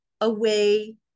away